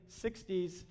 60s